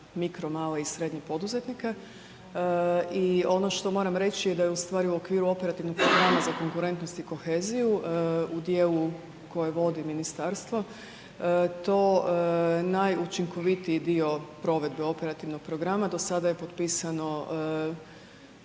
mikro, male i srednje poduzetnike i ono što moram reći da je u stvari u okviru operativnih programa za konkurentnost i koheziju u dijelu koje vodi ministarstvo to najučinkovitiji dio provedbe operativnog programa, do sada je potpisano